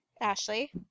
Ashley